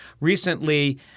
recently